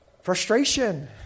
Frustration